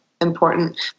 important